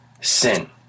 sin